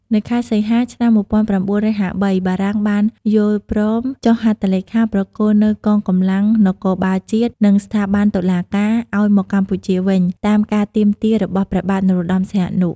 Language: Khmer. នៅខែសីហា ឆ្នាំ ១៩៥៣ បារាំងបានយល់ព្រមចុះហត្ថលេខាប្រគល់នូវ កងកម្លាំងនគរបាលជាតិ និង ស្ថាប័នតុលាការ ឱ្យមកកម្ពុជាវិញ តាមការទាមទារ របស់ព្រះបាទ នរោត្តមសីហនុ ។